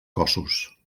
cossos